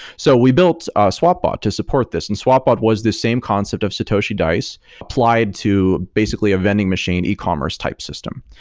so we built a swapbot to support this, and swapbot was the same concept of satoshi dice applied to basically a vending machine e-commerce type system,